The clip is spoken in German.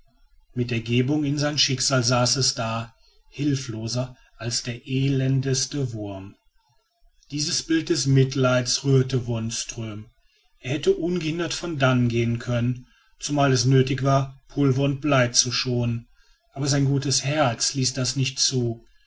mit ergebung in sein schicksal saß es da hilfloser als der elendeste wurm dieses bild des mitleids rührte wonström er hätte ungehindert von dannen gehen können zumal es nötig war pulver und blei zu schonen aber sein gutes herz ließ das nicht zu